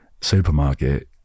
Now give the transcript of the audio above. supermarket